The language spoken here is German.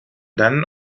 dan